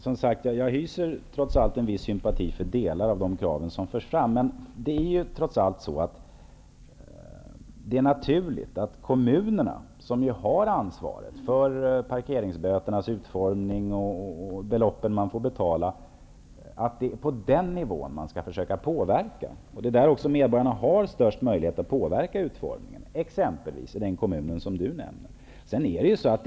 Herr talman! Jag hyser som sagt en viss sympati för delar av de krav som förs fram. Men det är ju kommunerna som har ansvaret för parkeringsböternas utformning och beloppen man får betala, och då är det naturligt att det är på den nivån man skall försöka påverka. Det är också där medborgarna har störst möjlighet att påverka, exempelvis i den kommun som Max Montalvo nämnde.